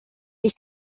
les